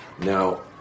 Now